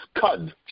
cud